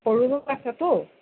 সৰু সৰু আছেতো